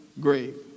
grave